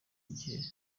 igihe